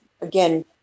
again